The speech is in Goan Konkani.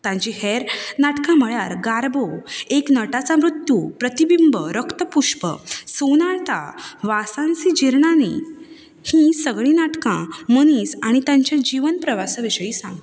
तांची हेर नाटकां म्हणल्यार गार्बो एक नटाचा मृत्यू प्रतिबिंब रक्तपुष्प सोनाटा वासांसि जीर्णानि हीं सगळीं नाटकां मनीस आनी तांचे जीवन प्रवासा विशीं सांगता